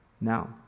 Now